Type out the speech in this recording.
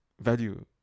value